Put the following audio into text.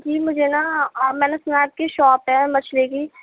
جی مجھے نا میں نے سُنا ہے آپ كی شاپ ہے مچھلی کی